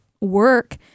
work